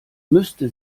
müsste